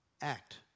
act